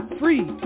free